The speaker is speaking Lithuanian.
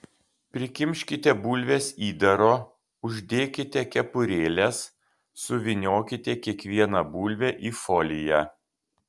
prikimškite bulves įdaro uždėkite kepurėles suvyniokite kiekvieną bulvę į foliją